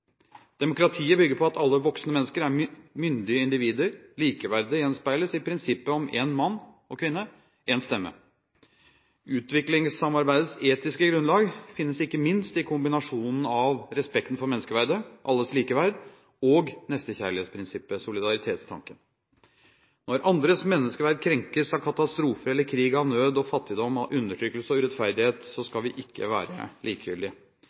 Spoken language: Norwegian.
Demokratiet bygger på at alle voksne mennesker er myndige individer. Likeverdet gjenspeiles i prinsippet om én mann – og kvinne – én stemme. Utviklingssamarbeidets etiske grunnlag finnes ikke minst i kombinasjonen av respekten for menneskeverdet, alles likeverd, og nestekjærlighetsprinsippet – solidaritetstanken. Når andres menneskeverd krenkes av katastrofer eller krig, av nød og fattigdom, av undertrykkelse og urettferdighet, skal vi ikke være likegyldige.